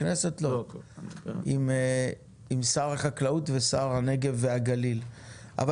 שר החקלאות ופיתוח הכפר עודד פורר: יש לך יום כיף איתי.